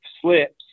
slips